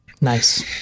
Nice